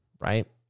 Right